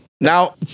Now